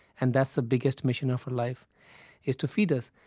and that's the biggest mission of her life is to feed us.